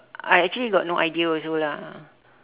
I actually got no idea also lah